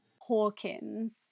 Hawkins